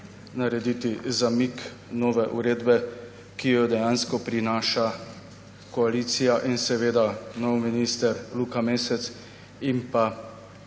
narediti zamik nove uredbe, ki jo dejansko prinaša koalicija in nov minister Luka Mesec ter